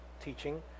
teaching